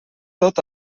tot